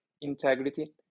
Integrity